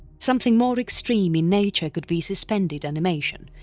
something more extreme in nature could be suspended animation,